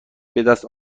بدست